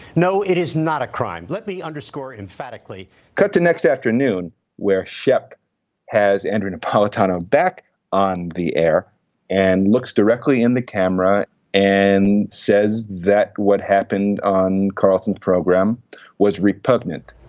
no it is not a crime. let me underscore emphatically cut the next afternoon where scheck has andrew napolitano back on the air and looks directly in the camera and says that what happened on carlson program was repugnant.